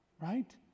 right